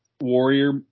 warrior